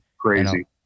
Crazy